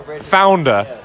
founder